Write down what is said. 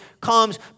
comes